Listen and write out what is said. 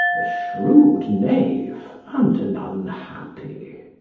a shrewd knave, and an unhappy.